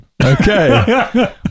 Okay